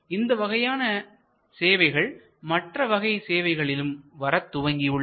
இந்த வகையான சேவைகள் மற்றவகை சேவைகளிலும் வரத் துவங்கியுள்ளன